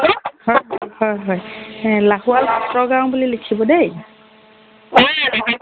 হয় হয় হয় লাহোৱাল পত্ৰগাঁও বুলি লিখিব দেই